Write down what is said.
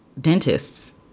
dentists